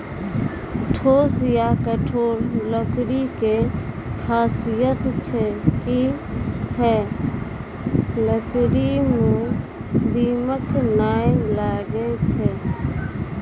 ठोस या कठोर लकड़ी के खासियत छै कि है लकड़ी मॅ दीमक नाय लागैय छै